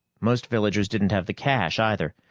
most villagers didn't have the cash, either.